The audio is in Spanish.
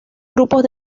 grupos